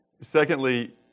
Secondly